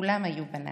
כולם היו בניו.